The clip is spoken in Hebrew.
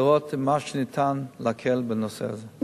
לראות מה ניתן להקל בנושא הזה.